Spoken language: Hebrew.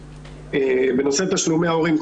בנושא תשלומי ההורים,